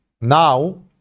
Now